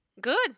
Good